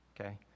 okay